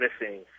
missing